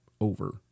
over